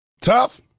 Tough